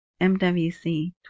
MWC